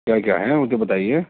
کیا کیا ہیں وہ تو بتائیے